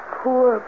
poor